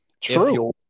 True